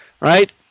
right